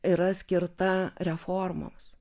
yra skirta reformoms